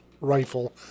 rifle